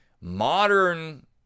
modern